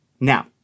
Now